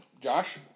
Josh